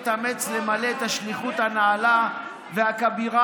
אתאמץ למלא את השליחות הנעלה והכבירה